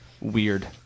weird